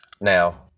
Now